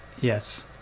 yes